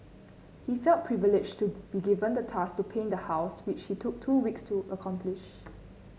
he felt privileged to be given the task to paint the house which he took two weeks to accomplish